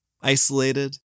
isolated